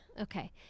Okay